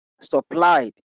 supplied